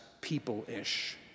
people-ish